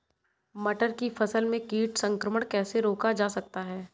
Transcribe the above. मटर की फसल में कीट संक्रमण कैसे रोका जा सकता है?